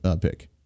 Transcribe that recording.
pick